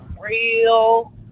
real